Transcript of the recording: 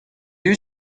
eut